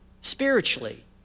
spiritually